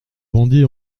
bandits